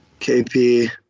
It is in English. KP